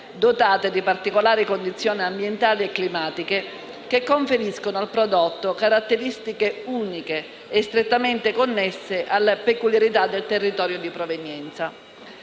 dotate di particolari condizioni ambientali e climatiche, che conferiscono al prodotto caratteristiche uniche e strettamente connesse alle peculiarità del territorio di provenienza.